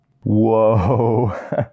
whoa